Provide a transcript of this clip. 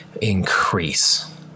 increase